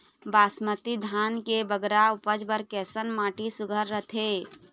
बासमती धान के बगरा उपज बर कैसन माटी सुघ्घर रथे?